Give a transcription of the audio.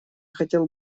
хотел